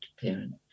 parent